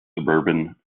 suburban